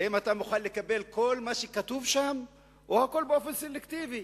האם אתה מוכן לקבל כל מה שכתוב שם או רק באופן סלקטיבי?